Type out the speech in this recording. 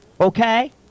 Okay